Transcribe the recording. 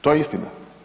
To je istina.